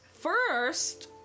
first